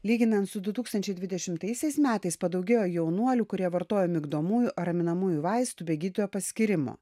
lyginant su du dūkstančiai dvidešimtaisiais metais padaugėjo jaunuolių kurie vartojo migdomųjų ar raminamųjų vaistų be gydytojo paskyrimo